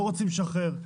לא רוצים לשחרר,